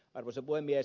arvoisa puhemies